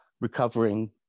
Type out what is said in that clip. recovering